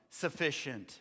sufficient